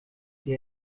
sie